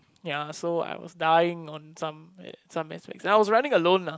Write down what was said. ya so I was dying on some some aspects ya I was running alone lah